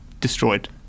destroyed